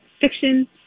fiction